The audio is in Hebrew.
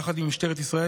יחד עם משטרת ישראל,